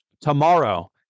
Tomorrow